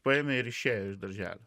paėmė ir išėjo iš darželio